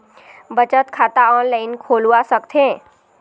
बचत खाता ऑनलाइन खोलवा सकथें?